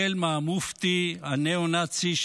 החל מהמופתי הניאו-נאצי,